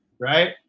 right